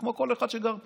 כמו כל אחד שגר פה.